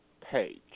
page